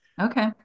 Okay